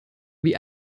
wie